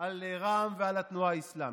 על רע"מ ועל התנועה האסלאמית,